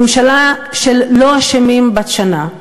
ממשלה של "לא אשמים" בת שנה.